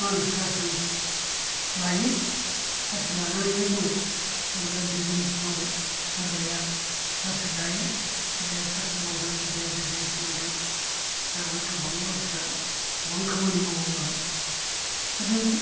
मा होनो साख्रि लायो साख्रि लानानैनो दङ सोरबाया बिजिनेस मावो सोरबाया साख्रि लायो सोरबाया साख्रि मावदों सोरबाया बिजिनेस मावदों दा बेहाय गोबां मोनसिफ्रा गोबां खामानि मावो मालाय दा जों